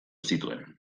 zituen